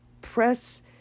press